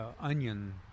onion